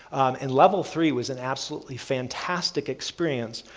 and level three was an absolutely fantastic experience,